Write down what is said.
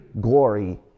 glory